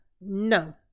no